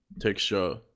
texture